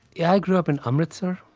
yeah i grew up in amritsar,